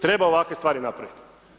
Treba ovakve stvari napravit.